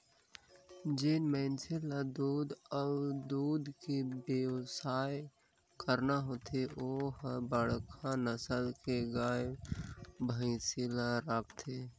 जेन मइनसे ल दूद अउ दूद के बेवसाय करना होथे ते हर बड़खा नसल के गाय, भइसी ल राखथे